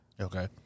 Okay